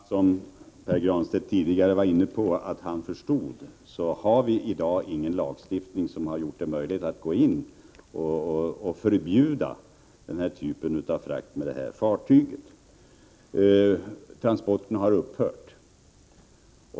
Fru talman! Pär Granstedt sade tidigare att han förstod, att vi i dag inte har någon lagstiftning som gör det möjligt att gå in och förbjuda den här typen av frakt med Sigyn. Transporterna har upphört.